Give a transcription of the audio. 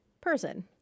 person